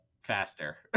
faster